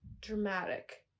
dramatic